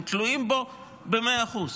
הם תלויים בו במאה אחוז.